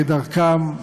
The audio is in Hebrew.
כדרכם,